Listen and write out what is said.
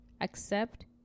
accept